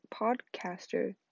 podcaster